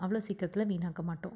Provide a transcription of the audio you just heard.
அவ்வளோ சீக்கிரத்தில் வீணாக்க மாட்டோம்